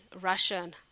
Russian